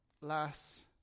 last